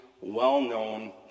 well-known